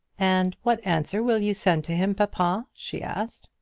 and what answer will you send to him, papa? she asked.